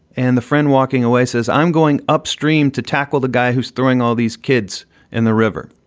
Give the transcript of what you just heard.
and the friend walking away says, i'm going upstream to tackle the guy who's throwing all these kids in the river.